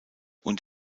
und